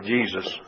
Jesus